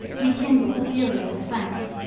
rekindled the fury of the franks,